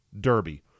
Derby